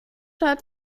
hat